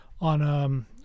on